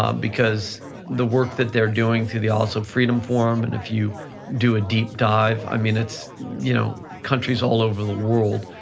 um because the work that they're doing through the oslo so freedom forum and if you do a deep dive, i mean, it's you know countries all over the world,